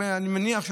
אני מניח,